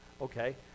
okay